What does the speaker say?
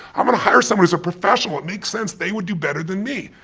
i'm gonna hire someone who's a professional. it makes sense. they would do better than me.